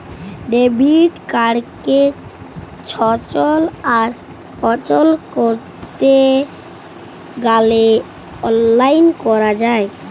debit কাড়কে সচল আর অচল ক্যরতে গ্যালে অললাইল ক্যরা যায়